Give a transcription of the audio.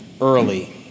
early